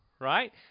right